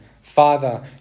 Father